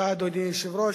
אדוני היושב-ראש,